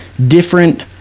different